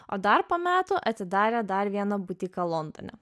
o dar po metų atidarė dar vieną butiką londone